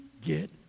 get